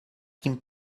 kim